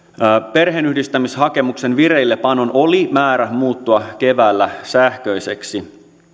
perheenyhdistämishakemuksen vireillepanon oli määrä muuttua keväällä sähköiseksi